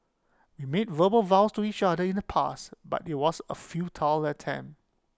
we made verbal vows to each other in the past but IT was A futile attempt